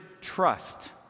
trust